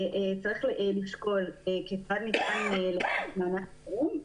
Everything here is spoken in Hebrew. צריך לשקול כיצד ניתן לתת מענק חירום.